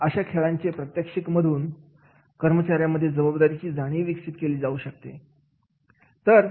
आणि अशा खेळांचे प्रात्यक्षिक मधून कर्मचाऱ्यांमध्ये जबाबदारीची जाणीव विकसित केली जाऊ शकते